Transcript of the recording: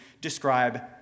describe